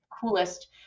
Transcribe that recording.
coolest